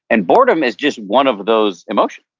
and boredom is just one of those emotions.